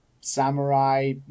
samurai